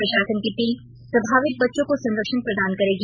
प्रशासन की टीम प्रभावित बच्चों को संरक्षण प्रदान करेगी